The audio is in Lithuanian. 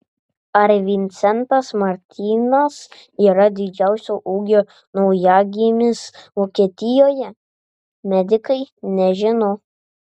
ar vincentas martinas yra didžiausio ūgio naujagimis vokietijoje medikai nežino